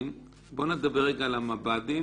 בואו נדבר רגע על המב"דים.